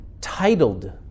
titled